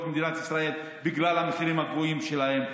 במדינת ישראל בגלל המחירים הגבוהים שלהם.